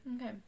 Okay